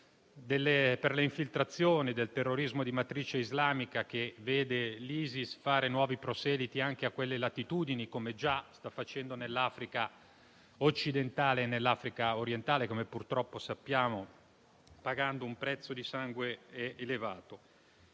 per le infiltrazioni del terrorismo di matrice islamica, che vede l'ISIS fare nuovi proseliti anche a quelle latitudini, come già sta facendo nell'Africa occidentale e orientale, come purtroppo sappiamo, a un elevato prezzo di sangue. Penso